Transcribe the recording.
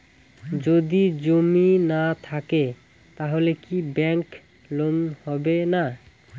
যদি জমি না থাকে তাহলে কি ব্যাংক লোন হবে না?